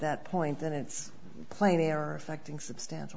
that point then it's plain they are affecting substantial